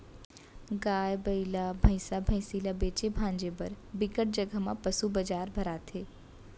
गाय, बइला, भइसा, भइसी ल बेचे भांजे बर बिकट जघा म पसू बजार भराथे